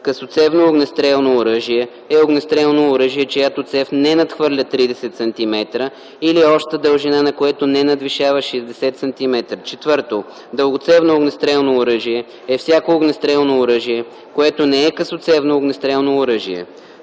„Късоцевно огнестрелно оръжие“ е огнестрелно оръжие, чиято цев не надхвърля 30 сантиметра или общата дължина на което не надвишава 60 сантиметра. 4. „Дългоцевно огнестрелно оръжие“ е всяко огнестрелно оръжие, което не е късоцевно огнестрелно оръжие.